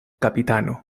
kapitano